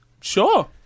Sure